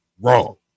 wrong